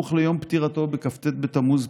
סמוך ליום פטירתו בכ"ט בתמוז,